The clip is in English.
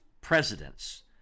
presidents